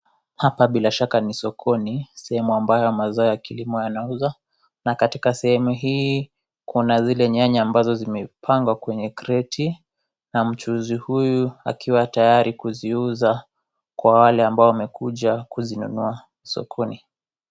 Hapa bila shaka ni sokoni sehemu ambayo mazao ya kilimo yanauzwa na katika sehemu hii kuna zile nyanya ambazo zimepangwa kwenye kreti na mchuuzi huyu akiwa tayari kuziuza kwa wale ambao wamekuja kuzinunua sokoni.